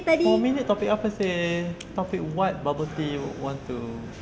four minutes topic apa seh topic what bubble tea you want to